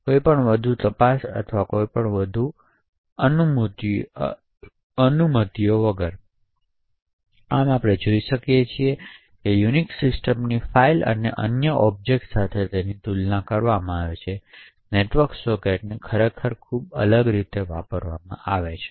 કોઈપણ વધુ તપાસો અથવા કોઈપણ વધુ અનુમતિઓ આમ આપણે જોઈ શકીએ છીએ કે યુનિક્સ સિસ્ટમની ફાઇલો અને અન્ય ઑબ્જેક્ટ્સ સાથે તેની તુલના કરવામાં આવે છે નેટવર્ક સોકેટ્સને ખૂબ જ અલગ રીતે વાપરવામાં આવે છે